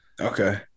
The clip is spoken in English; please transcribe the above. Okay